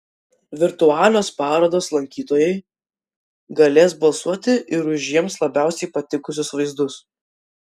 virtualios parodos lankytojai galės balsuoti ir už jiems labiausiai patikusius vaizdus